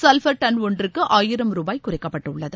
சவ்பர் டன் ஒன்றுக்கு ஆயிரம் ரூபாய் குறைக்கப்பட்டுள்ளது